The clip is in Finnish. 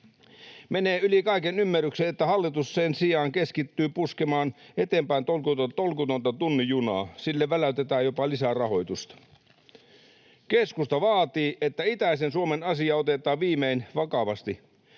Menee yli kaiken ymmärryksen, että hallitus sen sijaan keskittyy puskemaan eteenpäin tolkutonta tunnin junaa. Sille väläytetään jopa lisää rahoitusta. Keskusta vaatii, että itäisen Suomen asia otetaan viimein vakavasti.